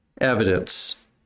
evidence